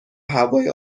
هوای